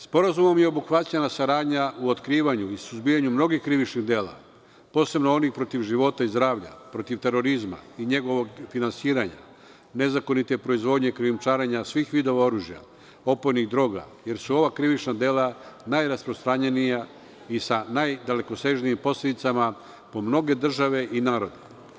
Sporazumom je obuhvaćena saradnja u otkrivanju i suzbijanju mnogih krivičnih dela, posebno onih protiv života i zdravlja i terorizma i njegovog finansiranja, nezakonite proizvodnje krijumčarena svih vidova oružja, opojnih droga jer su ova krivična dela najrasprostranjenija i sa najdalekosežnijim posledicama po mnoge države i narod.